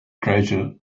treasure